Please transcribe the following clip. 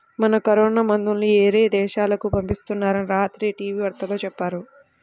మన కరోనా మందుల్ని యేరే దేశాలకు పంపిత్తున్నారని రాత్రి టీవీ వార్తల్లో చెప్పారు